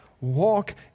Walk